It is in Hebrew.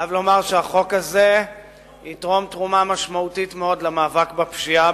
אני חייב לומר שהחוק הזה יתרום תרומה משמעותית מאוד למאבק בפשיעה,